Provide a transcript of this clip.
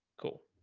cool.